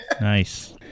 Nice